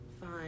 Fine